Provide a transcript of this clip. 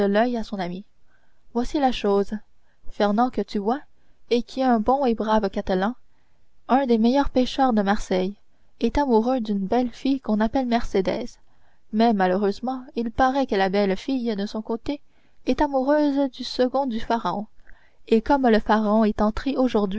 à son ami voici la chose fernand que tu vois et qui est un bon et brave catalan un des meilleurs pêcheurs de marseille est amoureux d'une belle fille qu'on appelle mercédès mais malheureusement il paraît que la belle fille de son coté est amoureuse du second du pharaon et comme le pharaon est entré aujourd'hui